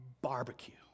barbecue